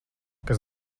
kas